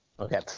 Okay